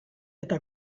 eta